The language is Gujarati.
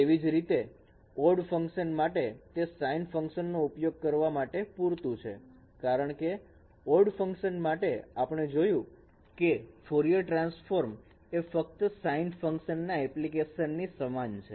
એવી જ રીતે ઓડ ફંકશન માટે તે સાઈન ફંકશન નો ઉપયોગ કરવા માટે પુરતું છે કારણકે ઓડ ફંકશન માટે આપણે જોયું કે ફોરયર ટ્રાન્સફર એ ફક્ત સાઈન ફંકશન ના એપ્લિકેશનની સમાન છે